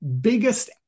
biggest